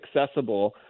accessible